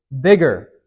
bigger